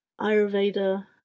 Ayurveda